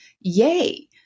Yay